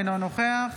אינו נוכח